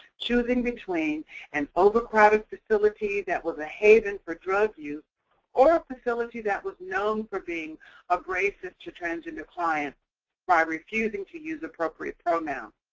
choosing between an over-crowded facility that was a haven for drug use or a facility that was known for being abrasive to transgender clients by refusing to use appropriate pronouns.